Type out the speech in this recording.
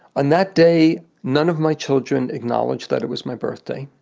and that day, none of my children acknowledged that it was my birthday.